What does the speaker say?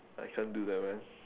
I can't do that man